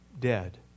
dead